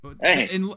Hey